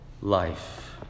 life